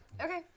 Okay